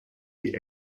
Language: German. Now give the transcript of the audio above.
die